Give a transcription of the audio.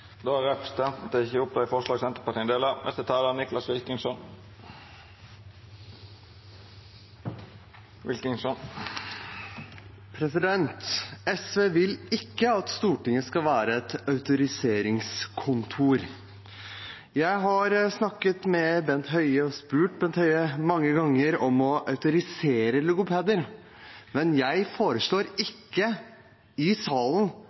er ein del av. Representanten Kjersti Toppe har teke opp det forslaget ho viste til. SV vil ikke at Stortinget skal være et «autorisasjonskontor». Jeg har snakket med Bent Høie og spurt Bent Høie mange ganger om å autorisere logopeder, men jeg foreslår ikke i salen